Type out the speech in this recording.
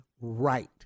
right